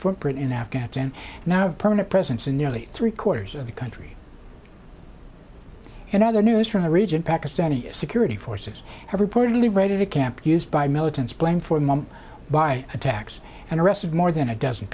footprint in afghanistan now a permanent presence in nearly three quarters of the country and other news from the region pakistani security forces have reportedly raided a camp used by militants blamed for a month by attacks and arrested more than a dozen